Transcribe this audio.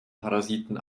parasiten